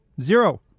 Zero